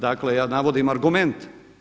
Dakle, ja navodim argument.